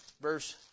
verse